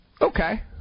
Okay